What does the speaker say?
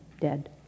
dead